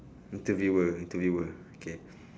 interviewer interviewer okay